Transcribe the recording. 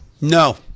No